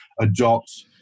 adopt